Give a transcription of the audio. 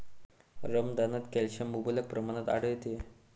रमदानात कॅल्शियम मुबलक प्रमाणात आढळते